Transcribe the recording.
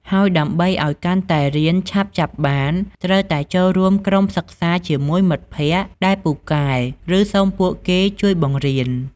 ហើយដើម្បីអោយកាន់តែរៀនឆាប់ចាប់បាន ត្រូវតែចូលរួមក្រុមសិក្សាជាមួយមិត្តភក្តិដែលពូកែ ឬសុំពួកគេជួយបង្រៀន។